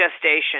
gestation